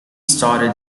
started